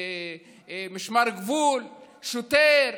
משמר הגבול, שוטר,